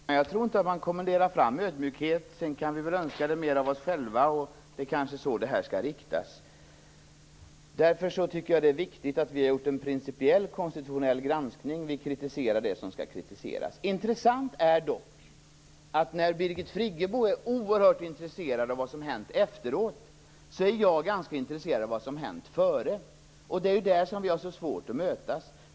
Fru talman! Jag tror inte att man kan kommendera fram ödmjukhet. Vi kan väl önska det mer av oss själva, och det kanske är så det skall riktas. Det är viktigt att vi har gjort en principiell konstitutionell granskning och kritiserar det som skall kritiseras. Intressant är dock att när Birgit Friggebo är oerhört intresserad av vad som har hänt efteråt är jag ganska intresserad av vad som har hänt före. Det är där som vi har så svårt att mötas.